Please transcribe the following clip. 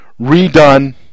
Redone